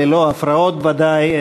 ללא הפרעות ודאי,